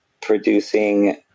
producing